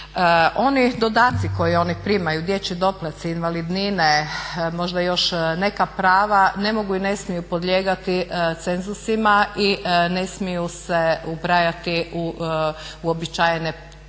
Oni dodaci koji oni primaju dječji doplaci, invalidnine možda i još neka prava ne mogu i ne smiju podlijegati cenzusima i ne smiju se ubrajati u uobičajene troškove